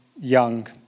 young